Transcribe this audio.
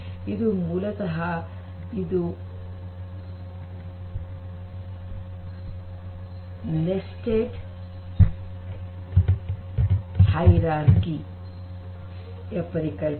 ಇದು ಮೂಲತಃ ಇದು ನೆಸ್ಟಡ್ ಹೈರಾರ್ಕಿ ಯ ಪರಿಕಲ್ಪನೆ